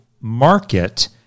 market